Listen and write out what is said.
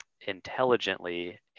intelligently